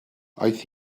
aeth